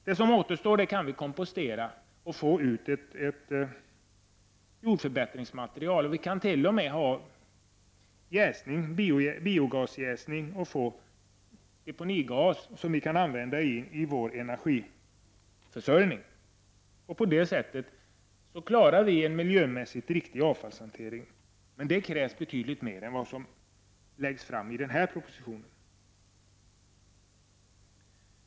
Det som återstår kan vi kompostera och få ut som ett jordförbättringsmaterial. Vi kan t.o.m. åstadkomma biogasjäsning och få ut gas som vi kan använda i vår energiförsörjning. På det sättet kan vi klara en miljömässigt riktig avfallshantering. Men det krävs betydligt mer än vad som föreslås i propositionen.